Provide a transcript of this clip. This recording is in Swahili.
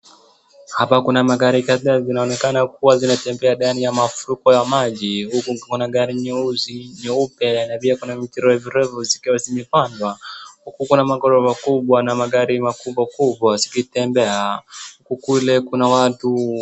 Hapa kuna magari kadhaa yanaonekana kuwa zinatembea ndani ya mafuriko ya maji. Huku kuna gari nyeusi, nyeupe na pia kuna miti virevirefu zikiwa zimepandwa. Huku kuna magorofa kubwa na magari makubwa kubwa zikitembea. Huku kule kuna watu.